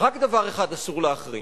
רק דבר אחד אסור להחרים,